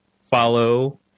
follow